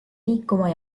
liikuma